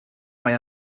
mae